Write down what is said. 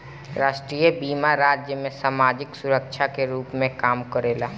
राष्ट्रीय बीमा राज्य में सामाजिक सुरक्षा के रूप में काम करेला